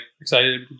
excited